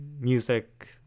music